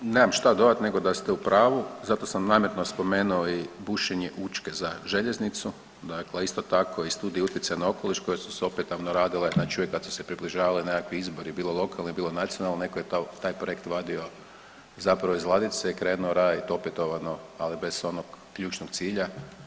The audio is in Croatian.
Da, nemam šta dodat nego da ste u pravu, zato sam namjerno spomenuo i bušenje Učke za željeznicu, dakle isto tako i studija utjecaja na okoliš koje su opetovano radile, znači uvijek kada su se približavale nekakvi izbori bilo lokalni, bilo nacionalni neko je taj projekt vadio zapravo iz ladice i krenuo raditi opetovano, ali bez onog ključnog cilja.